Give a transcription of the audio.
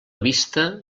vista